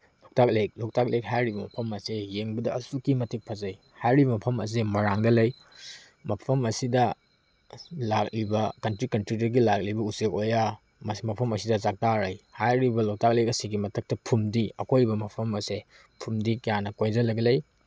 ꯂꯣꯛꯇꯥꯛ ꯂꯦꯛ ꯂꯣꯛꯇꯥꯛ ꯂꯦꯛ ꯍꯥꯏꯔꯤꯕ ꯃꯐꯝ ꯑꯁꯦ ꯌꯦꯡꯕꯗ ꯑꯁꯨꯛꯀꯤ ꯃꯇꯤꯛ ꯐꯖꯩ ꯍꯥꯏꯔꯤꯕ ꯃꯐꯝ ꯑꯁꯦ ꯃꯣꯏꯔꯥꯡꯗ ꯂꯩ ꯃꯐꯝ ꯑꯁꯤꯗ ꯂꯥꯛꯂꯤꯕ ꯀꯟꯇ꯭ꯔꯤ ꯀꯟꯇ꯭ꯔꯤꯗꯒꯤ ꯂꯥꯛꯂꯤꯕ ꯎꯆꯦꯛ ꯑꯣꯌꯥ ꯃꯐꯝ ꯑꯁꯤꯗ ꯆꯥꯛꯇꯥꯔꯩ ꯍꯥꯏꯔꯤꯕ ꯂꯣꯛꯇꯥꯛ ꯂꯦꯛ ꯑꯁꯤꯒꯤ ꯃꯊꯛꯇ ꯐꯨꯝꯗꯤ ꯑꯀꯣꯏꯕ ꯃꯐꯝ ꯑꯁꯦ ꯐꯨꯝꯗꯤ ꯀꯌꯥꯅ ꯀꯣꯏꯁꯤꯜꯂꯒ ꯂꯩ